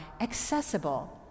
accessible